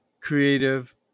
creative